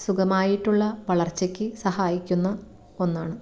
സുഖമായിട്ടുള്ള വളർച്ചയ്ക്ക് സഹായിക്കുന്ന ഒന്നാണ്